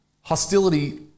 hostility